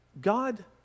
God